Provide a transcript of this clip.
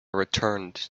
returned